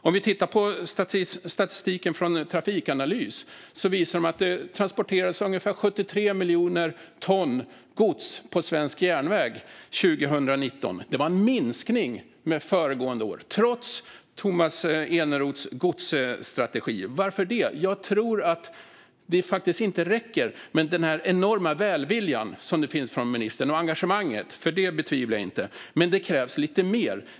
Om vi tittar på statistiken från Trafikanalys ser vi att det transporterades ungefär 73 miljoner ton gods på svensk järnväg 2019. Det var en minskning jämfört med föregående år, trots Tomas Eneroths godsstrategi. Varför? Jag tror faktiskt inte att det räcker med engagemanget och den enorma välviljan från ministern, som jag inte betvivlar, utan det krävs lite mer.